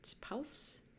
pulse